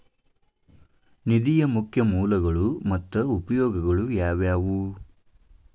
ನಿಧಿಯ ಮುಖ್ಯ ಮೂಲಗಳು ಮತ್ತ ಉಪಯೋಗಗಳು ಯಾವವ್ಯಾವು?